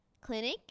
clinic